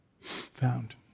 found